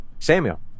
Samuel